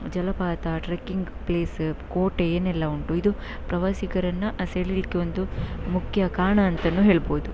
ಜಲಪಾತ trekking place ಕೋಟೆ ಏನೆಲ್ಲ ಉಂಟು ಇದು ಪ್ರವಾಸಿಗರನ್ನು ಸೆಳಿಲಿಕ್ಕೆ ಒಂದು ಮುಖ್ಯ ಕಾರಣ ಅಂತಾನೂ ಹೇಳ್ಬೌದು